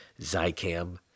Zycam